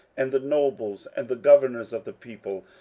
and the nobles, and the governors of the people,